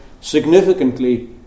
significantly